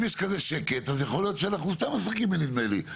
ויש כאן שקט, יכול להיות שאנחנו משחקים בנדמה לי.